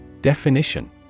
Definition